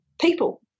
people